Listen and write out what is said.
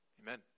Amen